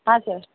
ಹಾಂ ಸರ್